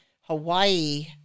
Hawaii